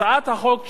הצעת החוק שלי,